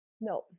No